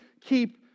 keep